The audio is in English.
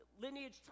Lineage